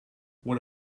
what